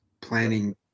planning